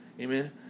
amen